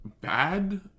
bad